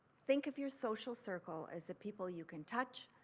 think of your social circle as the people you can touch,